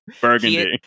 burgundy